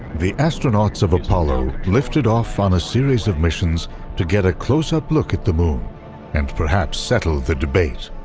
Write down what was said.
the astronauts of apollo lifted off on a series of missions to get a close up look at the moon and perhaps settle the debate.